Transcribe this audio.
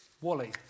Wally